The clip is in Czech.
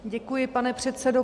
Děkuji, pane předsedo.